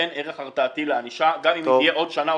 אין ערך הרתעתי לענישה גם אם יהיו עוד שנה,